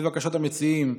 לבקשת המציעים,